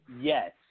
Yes